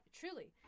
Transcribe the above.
truly